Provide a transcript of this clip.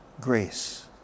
grace